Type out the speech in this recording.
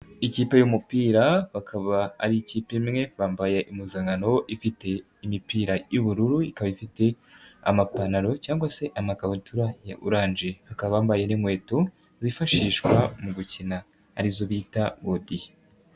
Ikipe y'umupira bakaba ari ikipe imwe bambaye impuzankano ifite imipira y'ubururu, ikaba ifite amapantaro cyangwa se amakabutura ya orange, bakaba bambaye n'inkweto zifashishwa mu gukina arizo bita godiyo.